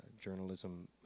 journalism